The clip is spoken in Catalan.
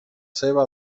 seva